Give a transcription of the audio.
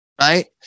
right